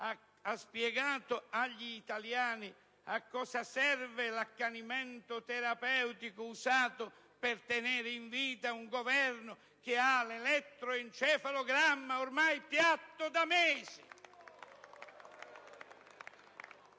ha spiegato agli italiani a cosa serve l'accanimento terapeutico usato per tenere in vita un Governo che ha l'elettroencefalogramma ormai piatto da mesi?